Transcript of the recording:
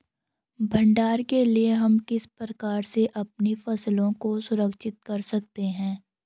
भंडारण के लिए हम किस प्रकार से अपनी फसलों को सुरक्षित रख सकते हैं?